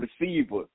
receiver